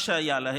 וואו,